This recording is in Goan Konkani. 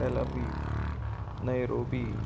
Tel Aviv Nairobi